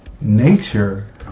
nature